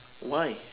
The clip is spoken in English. why